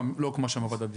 לא הוקמה שם ועדת בדיקה.